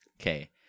Okay